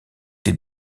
des